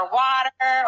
water